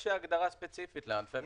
יש הגדרה ספציפית לענפי ביטוח.